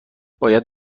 باید